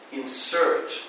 insert